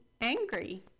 angry